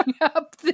up